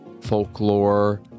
folklore